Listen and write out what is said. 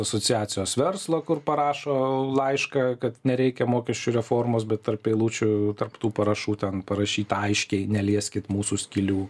asociacijos verslo kur parašo laišką kad nereikia mokesčių reformos bet tarp eilučių tarp tų parašų ten parašyta aiškiai nelieskit mūsų skylių